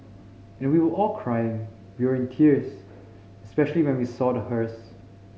and we were all crying we were in tears especially when we saw the hearse